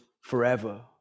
forever